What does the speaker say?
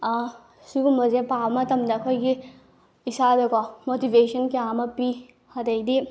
ꯁꯤꯒꯨꯝꯕꯁꯦ ꯄꯥꯕ ꯃꯇꯝꯗ ꯑꯩꯈꯣꯏꯒꯤ ꯏꯁꯥꯗꯀꯣ ꯃꯣꯇꯤꯚꯦꯁꯟ ꯀꯌꯥ ꯑꯃ ꯄꯤ ꯑꯗꯩꯗꯤ